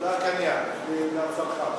הפתרון צריך להיות, ישר מהחקלאי לצרכן.